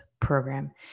program